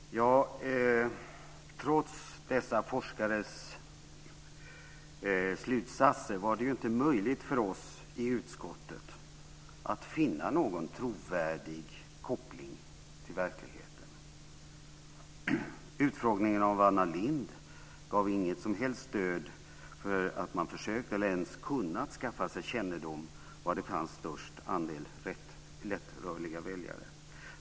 Herr talman! Trots dessa forskares slutsatser var det inte möjligt för oss i utskottet att finna någon trovärdig koppling till verkligheten. Utfrågningen av Anna Lindh gav inget som helst stöd för att man försökte, eller ens kunde, skaffa sig kännedom om var det fanns störst andel lättrörliga väljare.